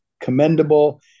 commendable